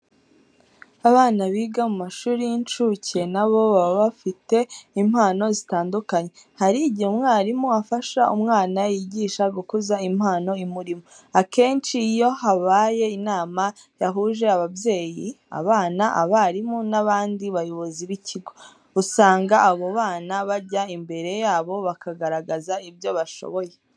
Abana biga mu mashuri y'incuke na bo baba bafite impano zitandukanye. Hari igihe umwarimu afasha umwana yigisha gukuza impano imurimo. Akenshi iyo habaye inama yahuje ababyeyi, abana, abarimu n'abandi bayobozi b'ikigo, usanga abo bana bajya imbere yabo bakagaragaza ibyo bashoboye.